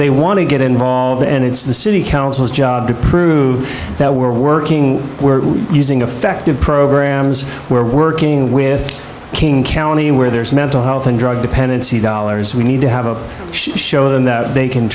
they want to get involved and it's the city councils job to prove that we're working we're using affected programs we're working with king county where there's mental health and drug dependency dollars we need to have a show them that they can